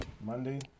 Monday